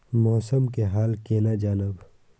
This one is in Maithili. मौसम के हाल केना जानब?